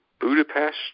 Budapest